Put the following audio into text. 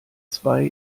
zwei